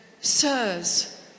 Sirs